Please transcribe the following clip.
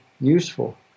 useful